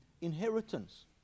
inheritance